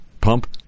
pump